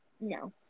No